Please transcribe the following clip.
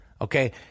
Okay